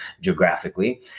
geographically